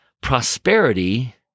Prosperity